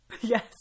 yes